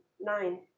nine